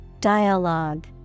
Dialogue